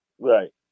Right